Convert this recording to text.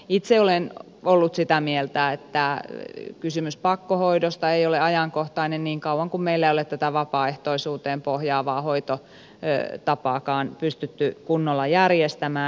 itse olen ollut sitä mieltä että kysymys pakkohoidosta ei ole ajankohtainen niin kauan kuin meillä ei ole tätä vapaaehtoisuuteen pohjaavaa hoitotapaakaan pystytty kunnolla järjestämään